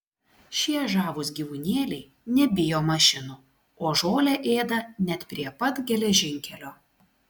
šie žavūs gyvūnėliai nebijo mašinų o žolę ėda net prie pat geležinkelio